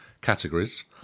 categories